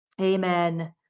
amen